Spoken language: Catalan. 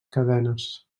cadenes